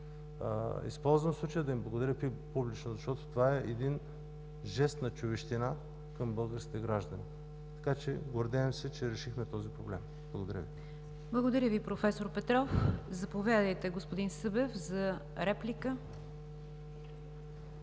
Използвам случая да им благодаря публично, защото това е един жест на човещина към българските граждани. Така че, гордеем се, че решихме този проблем. Благодаря Ви. ПРЕДСЕДАТЕЛ НИГЯР ДЖАФЕР: Благодаря Ви, проф. Петров. Заповядайте, господин Събев за реплика.